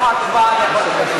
תום ההצבעה אני יכול,